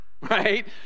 Right